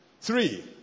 three